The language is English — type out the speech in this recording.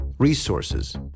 resources